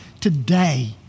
today